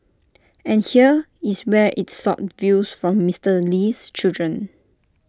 and here is where IT sought views from Mister Lee's children